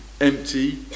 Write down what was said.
empty